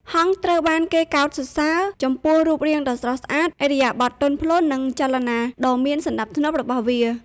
ហង្សត្រូវបានគេកោតសរសើរចំពោះរូបរាងដ៏ស្រស់ស្អាត ឥរិយាបថទន់ភ្លន់ និងចលនាដ៏មានសណ្តាប់ធ្នាប់របស់វា។